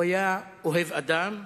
הוא היה אוהב אדם,